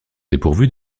dépourvus